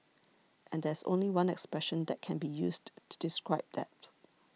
and there's only one expression that can be used to describe that